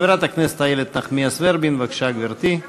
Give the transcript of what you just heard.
חברת הכנסת איילת נחמיאס ורבין, בבקשה, גברתי.